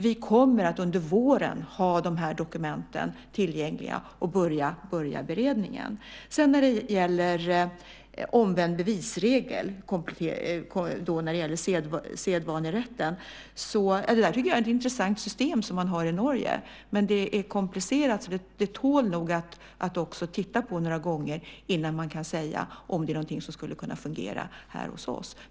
Vi kommer att under våren ha de här dokumenten tillgängliga och börja beredningen. När det gäller omvänd bevisregel och sedvanerätten är det system som finns i Norge intressant. Men det är komplicerat, och man behöver nog titta på det några gånger innan man kan säga om det även skulle kunna fungera hos oss.